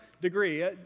degree